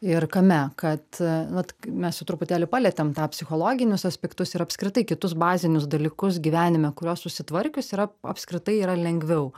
ir kame kad a vat mes jau truputėlį palietėm tą psichologinius aspektus ir apskritai kitus bazinius dalykus gyvenime kuriuos susitvarkius yra apskritai yra lengviau